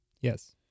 yes